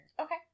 Okay